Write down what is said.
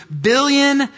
billion